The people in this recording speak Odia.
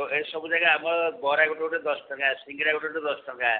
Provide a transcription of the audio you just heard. ଏ ସବୁ ଜାଗା ଆମର ବରା ଗୋଟେ ଗୋଟେ ଦଶ ଟଙ୍କା ସିଙ୍ଗଡ଼ା ଗୋଟେ ଗୋଟେ ଦଶ ଟଙ୍କା